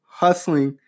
hustling